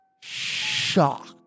Shocked